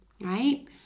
right